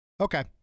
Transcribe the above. Okay